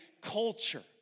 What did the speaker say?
culture